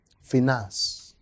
Finance